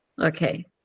Okay